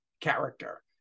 character